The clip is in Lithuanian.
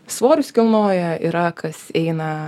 svorius kilnoja yra kas eina